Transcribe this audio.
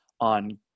on